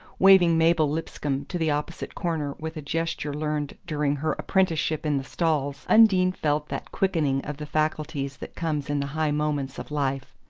waving mabel lipscomb to the opposite corner with a gesture learned during her apprenticeship in the stalls, undine felt that quickening of the faculties that comes in the high moments of life.